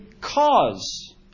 cause